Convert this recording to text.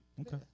Okay